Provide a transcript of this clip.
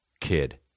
kid